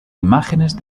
imágenes